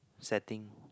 setting